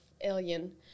alien